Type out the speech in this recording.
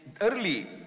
early